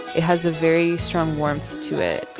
it has a very strong warmth to it.